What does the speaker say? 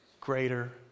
greater